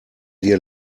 dir